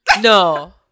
no